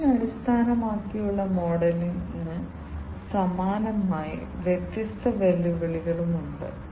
PLC അടിസ്ഥാനപരമായി ഈ മെഷീനുകളിൽ മിക്കതിലും PLC വ്യത്യസ്ത ലൂപ്പുകളിലൂടെ കടന്നുപോകുന്നു